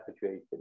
situation